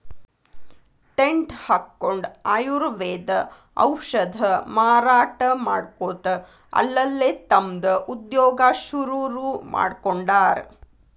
tent ಹಕ್ಕೊಂಡ್ ಆಯುರ್ವೇದ ಔಷಧ ಮಾರಾಟಾ ಮಾಡ್ಕೊತ ಅಲ್ಲಲ್ಲೇ ತಮ್ದ ಉದ್ಯೋಗಾ ಶುರುರುಮಾಡ್ಕೊಂಡಾರ್